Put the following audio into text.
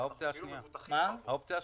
האופציה השנייה.